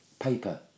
paper